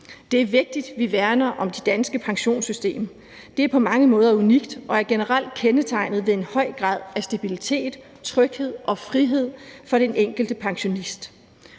Det er vigtigt, at vi værner om det danske pensionssystem. Det er på mange måder unikt og er generelt kendetegnet ved en høj grad af stabilitet, tryghed og frihed for den enkelte pensionist.